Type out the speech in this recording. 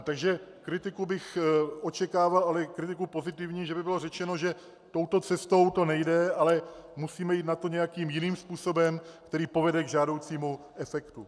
Takže kritiku bych očekával, ale kritiku pozitivní, že by bylo řečeno, že touto cestou to nejde, ale musíme jít na to nějakým jiným způsobem, který povede k žádoucímu efektu.